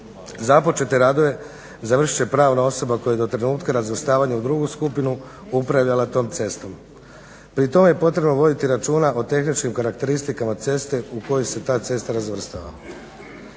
Započete radove završit će pravna osoba koja je do trenutka razvrstavanja u drugu skupinu upravljala tom cestom. Pri tome je potrebno voditi računa o tehničkim karakteristikama ceste u koju se ta cesta razvrstava.